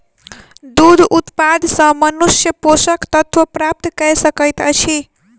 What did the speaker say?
दूध उत्पाद सॅ मनुष्य पोषक तत्व प्राप्त कय सकैत अछि